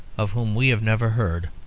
of whom we have never heard,